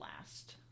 last